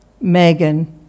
Megan